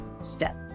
Steps